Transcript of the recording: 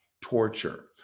torture